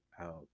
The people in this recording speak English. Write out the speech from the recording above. out